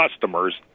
customers